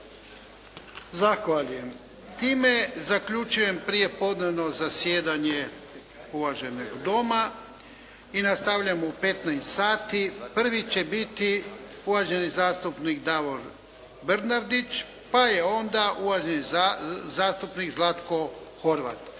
Zahvaljujem. Time zaključujem prijepodnevno zasjedanje uvaženog Doma i nastavljamo u 15,00 sati. Prvi će biti uvaženi zastupnik Davor Bernardić, pa je onda uvaženi zastupnik Zlatko Horvat.